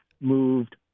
moved